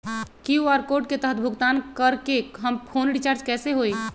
QR code के तहद भुगतान करके हम फोन रिचार्ज कैसे होई?